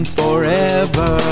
forever